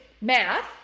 math